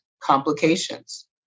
complications